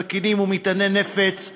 סכינים ומטעני נפץ,